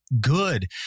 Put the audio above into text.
good